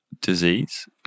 disease